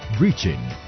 Reaching